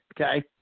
Okay